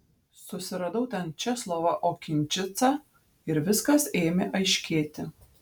susiradau ten česlovą okinčicą ir viskas ėmė aiškėti